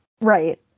Right